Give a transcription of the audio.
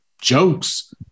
jokes